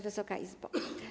Wysoka Izbo!